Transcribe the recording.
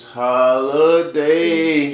holiday